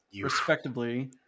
respectively